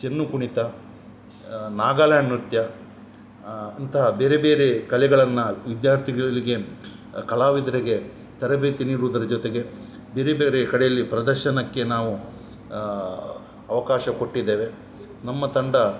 ಚಿನ್ನು ಕುಣಿತ ನಾಗಾಲ್ಯಾಂಡ್ ನೃತ್ಯ ಇಂತಹ ಬೇರೆ ಬೇರೆ ಕಲೆಗಳನ್ನು ವಿದ್ಯಾರ್ಥಿಗಳಿಗೆ ಕಲಾವಿದರಿಗೆ ತರಬೇತಿ ನೀಡುವುದರ ಜೊತೆಗೆ ಬೇರೆ ಬೇರೆ ಕಡೆಯಲ್ಲಿ ಪ್ರದರ್ಶನಕ್ಕೆ ನಾವು ಅವಕಾಶ ಕೊಟ್ಟಿದ್ದೇವೆ ನಮ್ಮ ತಂಡ